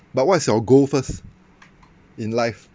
but what's your goal first in life